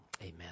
Amen